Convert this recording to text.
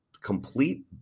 complete